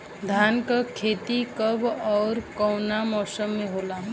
धान क खेती कब ओर कवना मौसम में होला?